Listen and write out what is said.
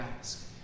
ask